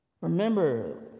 remember